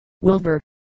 Wilbur